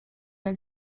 jak